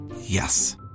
Yes